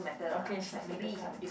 okay shuffle the card